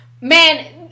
man